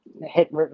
hit